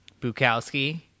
Bukowski